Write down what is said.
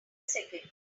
second